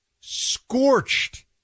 scorched